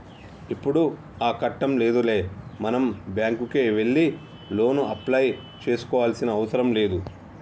ఇప్పుడు ఆ కట్టం లేదులే మనం బ్యాంకుకే వెళ్లి లోను అప్లై చేసుకోవాల్సిన అవసరం లేదు